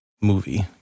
movie